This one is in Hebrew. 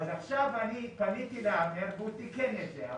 אז עכשיו אני פניתי לאבנר, והוא תיקן את זה.